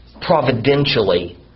providentially